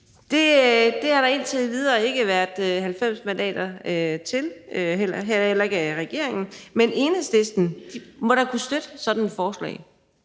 Det har der indtil videre ikke været 90 mandater bag og heller ikke regeringen, men Enhedslisten må da kunne støtte sådan et forslag.